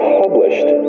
published